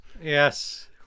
Yes